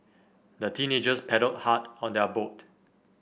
the teenagers paddled hard on their boat